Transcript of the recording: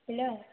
hello